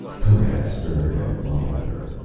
honath stirred and followed her.